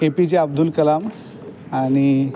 APJ Abdul Kalam आणि